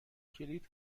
کلید